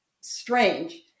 strange